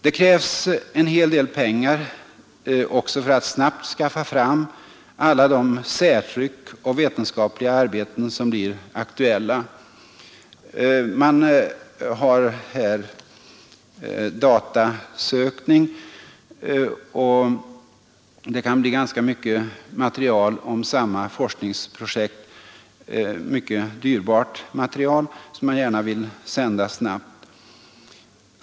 Det krävs en hel del pengar också för att snabbt skaffa fram alla de särtryck och vetenskapliga arbeten som blir aktuella. Man använder här datasökning, och det kan bli ganska mycket material om varje forskningsprojekt — mycket dyrbart material, som man gärna vill sända snabbt.